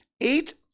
Eight